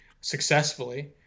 successfully